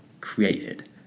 created